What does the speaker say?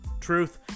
truth